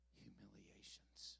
humiliations